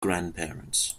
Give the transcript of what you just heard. grandparents